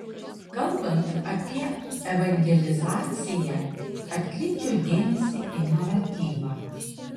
kalbant apie evangelizaciją atkreipčiau dėmesį į naratyvą